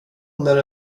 när